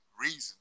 Reason